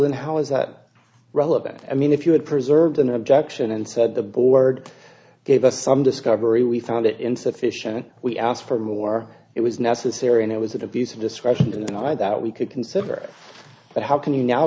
then how is that relevant i mean if you had preserved an objection and said the board gave us some discovery we found it into efficient we asked for more it was necessary and it was a piece of discretion that i that we could consider but how can you now